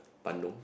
Bandung